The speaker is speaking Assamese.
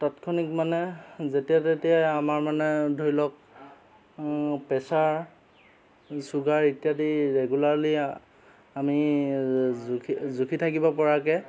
তৎক্ষণিক মানে যেতিয়া তেতিয়াই আমাৰ মানে ধৰি লওক প্ৰেছাৰ ছুগাৰ ইত্যাদি ৰেগুলাৰলি আমি জুখি জুখি থাকিব পৰাকৈ